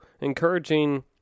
encouraging